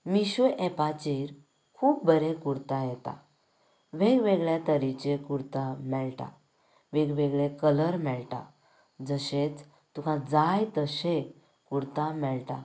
मिशो एपाचेर खूब बरें कुर्ता येतात वेगवेगळ्या तरेचे कुर्ता मेळटात वेगवेगळे कलर मेळटात जशेंच तुका जाय तशें कुर्ता मेळटा